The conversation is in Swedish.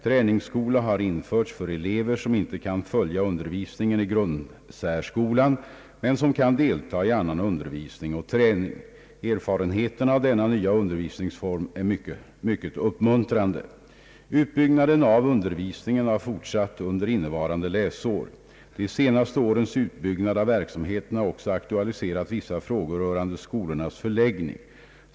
Träningsskola har införts för elever som inte kan följa undervisningen i grundsärskolan men som kan delta i annan undervisning och träning. Erfarenheterna av denna nya undervisningsform är mycket uppmuntrande. Utbyggnaden av undervisningen har fortsatt under innevarande läsår. De senaste årens utbyggnad av verksamheten har också aktualiserat vissa frågor rörande skolornas förläggning.